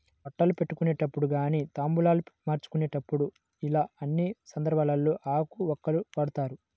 బట్టలు పెట్టుకునేటప్పుడు గానీ తాంబూలాలు మార్చుకునేప్పుడు యిలా అన్ని సందర్భాల్లోనూ ఆకు వక్కలను వాడతారు